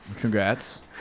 Congrats